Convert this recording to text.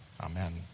Amen